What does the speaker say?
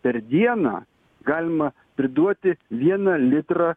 per dieną galima priduoti vieną litrą